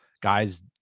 Guys